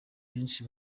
benshi